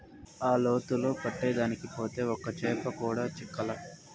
ఆ లోతులో పట్టేదానికి పోతే ఒక్క చేప కూడా చిక్కలా